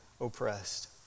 oppressed